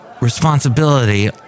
responsibility